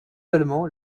allemands